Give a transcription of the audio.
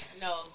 no